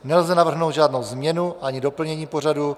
Nelze navrhnout žádnou změnu ani doplnění pořadu.